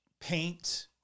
paint